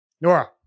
Nora